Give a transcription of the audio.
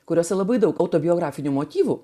kuriose labai daug autobiografinių motyvų